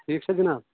ٹھیٖک چھےٚ جِناب